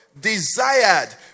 Desired